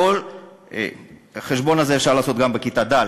את כל החשבון הזה אפשר לעשות גם בכיתה ד',